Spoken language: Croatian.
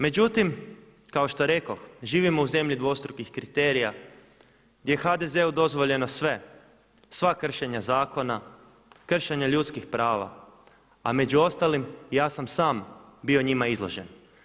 Međutim, kao što rekoh, živimo u zemlji dvostrukih kriterija gdje je HDZ-u dozvoljeno sve, sva kršenja zakona, kršenje ljudskih prava, a među ostalim ja sam sam bio njima izložen.